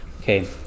Okay